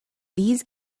these